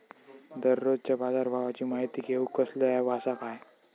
दररोजच्या बाजारभावाची माहिती घेऊक कसलो अँप आसा काय?